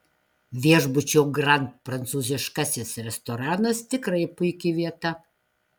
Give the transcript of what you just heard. viešbučio grand prancūziškasis restoranas tikrai puiki vieta